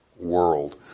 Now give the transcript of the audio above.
world